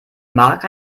mark